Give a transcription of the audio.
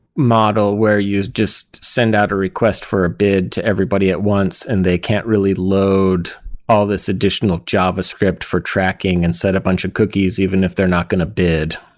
model where you just send out a request for bid to everybody at once and they can't really load all these additional javascript for tracking and set a bunch of cookies even if they're not going to bid.